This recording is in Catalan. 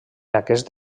aquest